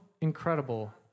incredible